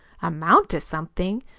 amount to something!